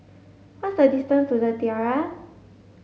what's the distance to The Tiara